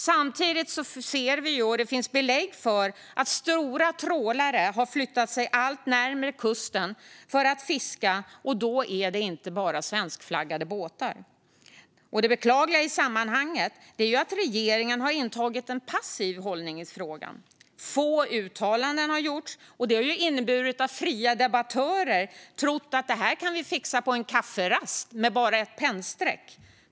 Samtidigt ser vi, och det finns belägg för det, att stora trålare har flyttat sig allt närmare kusten för att fiska. Och det är inte bara svenskflaggade båtar. Det beklagliga i sammanhanget är att regeringen har intagit en passiv hållning i frågan. Få uttalanden har gjorts, och det har inneburit att fria debattörer har trott att detta kan fixas på en kafferast med ett pennstreck.